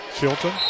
Chilton